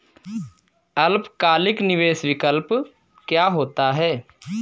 अल्पकालिक निवेश विकल्प क्या होता है?